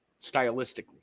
stylistically